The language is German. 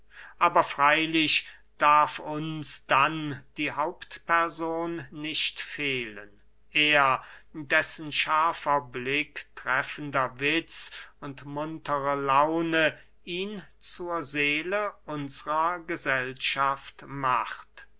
aber freylich darf uns dann die hauptperson nicht fehlen er dessen scharfer blick treffender witz und muntre laune ihn zur seele unsrer gesellschaft macht